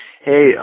Hey